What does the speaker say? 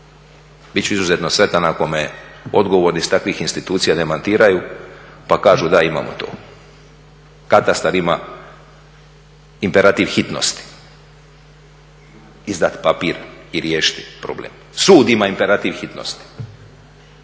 Bit ću izuzetno sretan ako me odgovorni s takvih institucija demantiraju pa kažu, da, imamo to. Katastar ima imperativ hitnosti, izdat papir i riješiti problem. Sud ima imperativ hitnosti,